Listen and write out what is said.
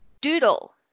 doodle